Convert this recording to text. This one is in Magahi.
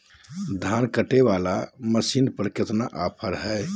धान कटे बाला मसीन पर कतना ऑफर हाय?